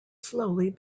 slowly